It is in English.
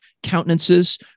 countenances